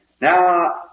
Now